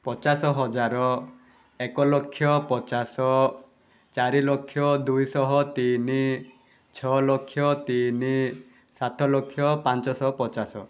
ପଚାଶ ହଜାର ଏକଲକ୍ଷ ପଚାଶ ଚାରିଲକ୍ଷ ଦୁଇଶହ ତିନି ଛଅଲକ୍ଷ ତିନି ସାତଲକ୍ଷ ପାଞ୍ଚଶହ ପଚାଶ